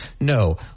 No